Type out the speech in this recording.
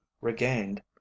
regained